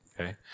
okay